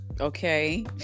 okay